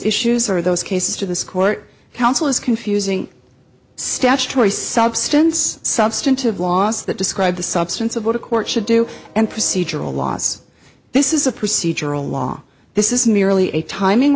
issues or those cases to this court counsel is confusing statutory substance substantive laws that describe the substance of what a court should do and procedural laws this is a procedural law this is merely a timing